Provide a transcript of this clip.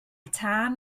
tân